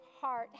heart